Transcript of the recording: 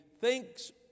thinks